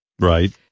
Right